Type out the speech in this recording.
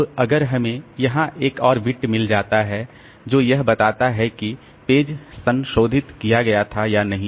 अब अगर हमें यहां एक और बिट मिल जाता है जो यह बताता है कि पेज संशोधित किया गया था या नहीं